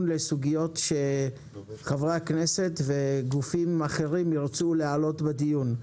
לסוגיות שחברי הכנסת וגופים אחרים ירצו להעלות בדיון.